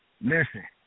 listen